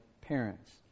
parents